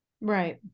Right